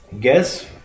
guess